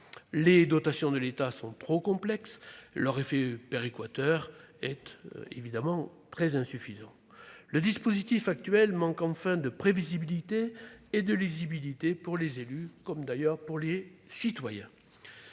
Les dotations de l'État sont trop complexes et leur effet péréquateur est insuffisant. Le dispositif actuel manque de prévisibilité et de lisibilité pour les élus comme pour les citoyens.